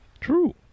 True